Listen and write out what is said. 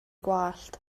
gwallt